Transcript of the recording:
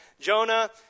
Jonah